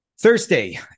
Thursday